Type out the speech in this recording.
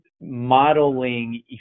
modeling